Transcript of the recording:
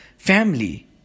Family